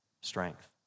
strength